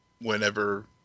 whenever